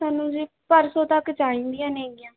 ਸਾਨੂੰ ਜੀ ਪਰਸੋਂ ਤੱਕ ਚਾਹੀਦੀਆਂ ਨੇਗੀਆਂ